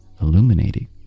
illuminating